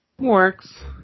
Works